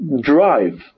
drive